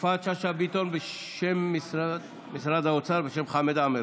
יפעת שאשא ביטון, בשם משרד האוצר, בשם חמד עמאר.